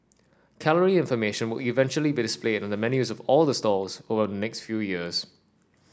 calorie information will eventually be displayed on the menus of all the stalls over the next few years